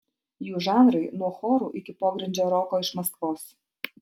jų žanrai nuo chorų iki pogrindžio roko iš maskvos